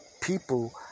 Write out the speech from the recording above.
people